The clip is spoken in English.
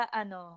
ano